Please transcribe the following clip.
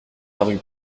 parut